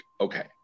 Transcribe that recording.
okay